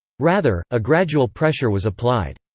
rather, a gradual pressure was applied.